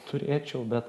turėčiau bet